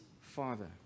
Father